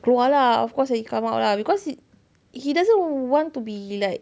keluar lah of course lah he come out lah because he he doesn't want to be like